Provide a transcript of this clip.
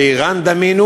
לאיראן דמינו?